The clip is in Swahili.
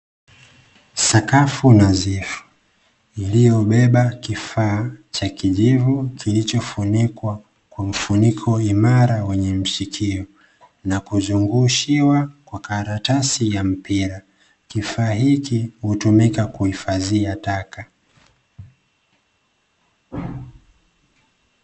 Sakafu nadhifu iliyobeba kifaa cha kijivu kilicho funikwa kwa mfuniko imara wenye mshikio na kuzungushiwa kwa karatasi ya mpira, kifaa hiki hutumika kuhifadhia taka.